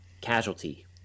casualty